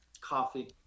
coffee